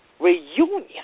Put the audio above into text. reunion